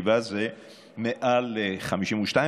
57 זה מעל 52,